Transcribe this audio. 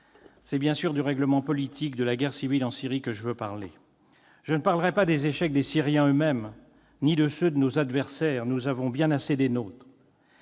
C'est bien sûr du règlement politique de la guerre civile en Syrie que je veux parler. Je ne parlerai pas des échecs des Syriens eux-mêmes ni de ceux de nos adversaires, nous avons bien assez des nôtres.